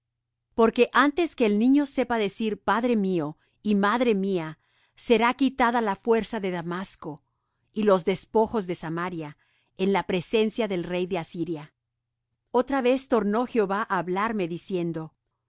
porque antes que el niño sepa decir padre mío y madre mía será quitada la fuerza de damasco y los despojos de samaria en la presencia del rey de asiria otra vez tornó jehová á hablarme diciendo por